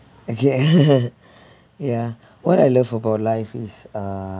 okay ya what I love about life is uh